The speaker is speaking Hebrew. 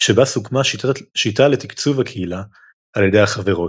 שבה סוכמה שיטה לתקצוב הקהילה על ידי החברות,